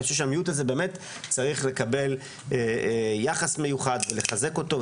ואני חושב שהמיעוט הזה באמת צריך לקבל יחס מיוחד ולחזק אותו.